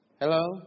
Hello